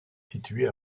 situé